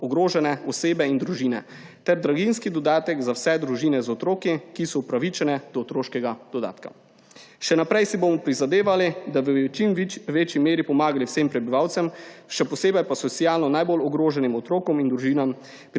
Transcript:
ogrožene osebe in družine ter draginjski dodatek za vse družine z otroki, ki so upravičene do otroškega dodatka. Še naprej si bomo prizadevali, da bi v čim večji meri pomagali vsem prebivalcem, še posebej pa socialno najbolj ogroženim otrokom in družinam